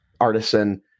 artisan